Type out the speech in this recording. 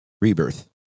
Rebirth